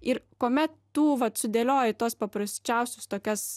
ir kuomet tu vat sudėlioji tuos paprasčiausius tokias